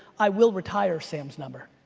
i will retire sam's number.